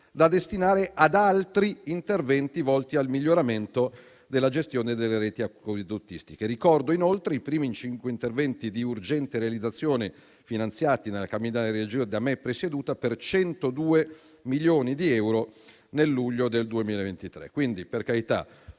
da destinare ad altri interventi volti al miglioramento della gestione delle reti acquedottistiche. Ricordo, inoltre, i primi cinque interventi di urgente realizzazione finanziati nella cabina di regia da me presieduta per 102 milioni di euro nel luglio del 2023. Quindi, per carità,